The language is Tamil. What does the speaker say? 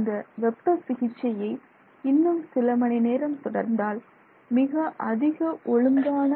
இந்த வெப்ப சிகிச்சையை இன்னும் சில மணி நேரம் தொடர்ந்தால் மிக அதிக ஒழுங்கான